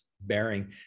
bearing